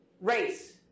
race